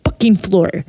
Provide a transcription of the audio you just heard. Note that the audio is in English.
floor